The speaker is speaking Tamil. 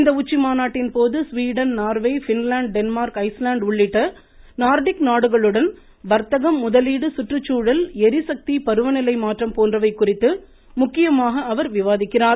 இந்த உச்சிமாநாட்டின்போது Sweden Norway Finland Denmark Iceland உள்ளிட்ட நார்டிக் நாடுகளுடன் வர்த்தகம் முதலீடு சுற்றுச்சூழல் எரிசக்தி பருவநிலை மாற்றம் போன்றவை குறித்து முக்கியமாக அவர் விவாதிக்கிறார்